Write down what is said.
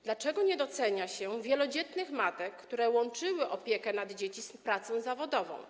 Dlaczego nie docenia się wielodzietnych matek, które łączyły opiekę nad dziećmi z pracą zawodową?